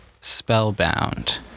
Spellbound